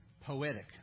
poetic